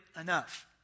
enough